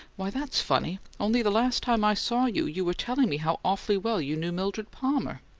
why, that's funny! only the last time i saw you, you were telling me how awfully well you knew mildred palmer.